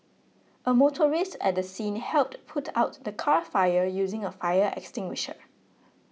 a motorist at the scene helped put out the car fire using a fire extinguisher